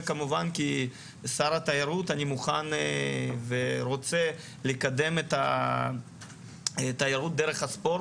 וכמובן שכשר התיירות אני מוכן ורוצה לקדם את התיירות דרך הספורט.